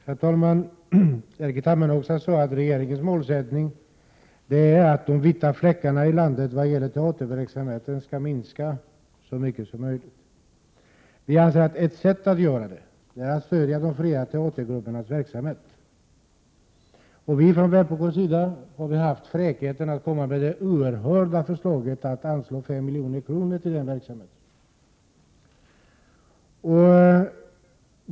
Herr talman! Erkki Tammenoksa sade att regeringens målsättning är att de vita fläckarna i landet vad gäller teaterverksamhet skall minska så mycket som möjligt. Från vpk:s sida anser vi att ett sätt att åstadkomma det är att stödja de fria teatergruppernas verksamhet, och vi har haft fräckheten att komma med det oerhörda förslaget att anslå 5 milj.kr. till den verksamheten.